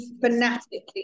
fanatically